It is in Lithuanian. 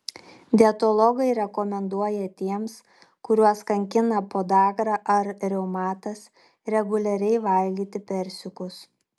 dietologai rekomenduoja tiems kuriuos kankina podagra ar reumatas reguliariai valgyti persikus